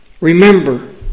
Remember